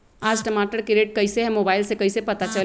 आज टमाटर के रेट कईसे हैं मोबाईल से कईसे पता चली?